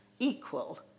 equal